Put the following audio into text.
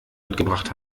mitgebracht